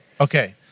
Okay